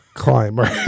climber